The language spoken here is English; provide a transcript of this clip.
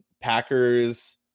Packers